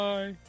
Bye